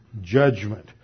judgment